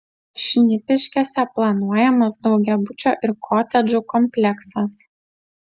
šnipiškėse planuojamas daugiabučio ir kotedžų kompleksas